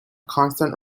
constant